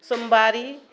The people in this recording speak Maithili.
सोमवारी